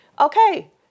okay